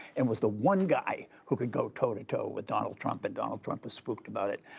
and was the one guy who could go toe to toe with donald trump, and donald trump was spooked about it.